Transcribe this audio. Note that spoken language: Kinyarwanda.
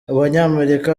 abanyamerika